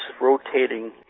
rotating